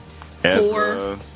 four